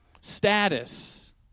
status